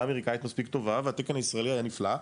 אמריקאית מספיק טובה והתקן הישראלי היה נפלא,